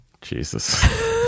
Jesus